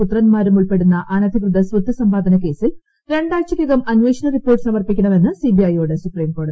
പുത്രന്മാരും ഉൾപ്പെട്ടുന്ന് അനധികൃത സ്വത്ത് സമ്പാദന കേസിൽ ര ാഴ്ച്ചയ്ക്കകം അന്വേഷണ റിപ്പോർട്ട് സമർപ്പിക്കണമെന്ന് സി ബി ഐയോട് സൂപ്രിംകോടതി